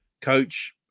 coach